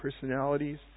personalities